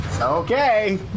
Okay